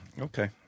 okay